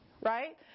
Right